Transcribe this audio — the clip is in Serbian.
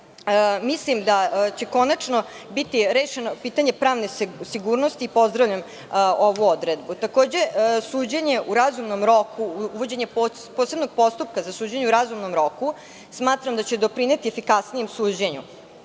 mislim da će konačno biti rešeno pitanje pravne sigurnosti i pozdravljam ovu odredbu. Takođe, uvođenje posebnog postupka za suđenje u razumnom roku smatram da će doprineti efikasnijem suđenju.